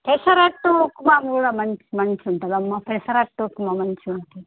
పెసరట్టు ఉప్మా కూడా మం మంచిగుంటుందమ్మ పెసరట్టు ఉప్మా మంచిగుంటుంది